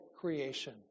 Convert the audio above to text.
creation